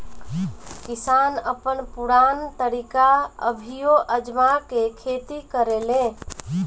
किसान अपन पुरान तरीका अभियो आजमा के खेती करेलें